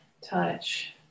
touch